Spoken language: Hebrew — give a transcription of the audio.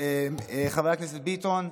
חבר הכנסת ביטון,